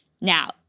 now